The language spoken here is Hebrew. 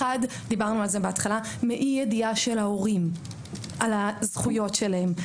אחד, מאי ידיעת ההורים של הזכויות שלהם.